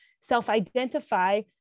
self-identify